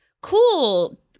cool